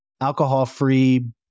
alcohol-free